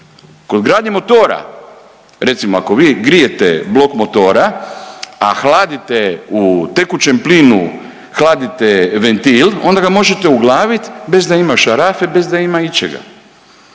kod gradnje motora, recimo ako vi grijete blok motora, a hladite, u tekućem plinu hladite ventil onda ga možete uglavit bez da ima šarafe, bez da ima ičega.